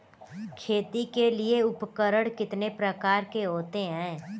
खेती के लिए उपकरण कितने प्रकार के होते हैं?